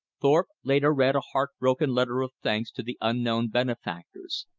thorpe later read a heart-broken letter of thanks to the unknown benefactors.